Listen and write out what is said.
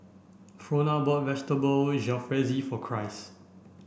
Frona bought Vegetable Jalfrezi for Christ